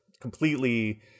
Completely